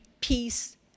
peace